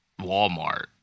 Walmart